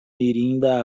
mirinda